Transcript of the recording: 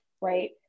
right